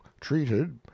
treated